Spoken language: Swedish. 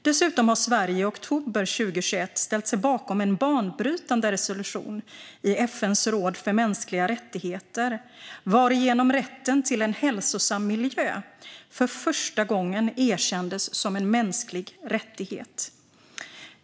Dessutom har Sverige i oktober 2021 ställt sig bakom en banbrytande resolution i FN:s råd för mänskliga rättigheter varigenom rätten till en hälsosam miljö för första gången erkändes som en mänsklig rättighet.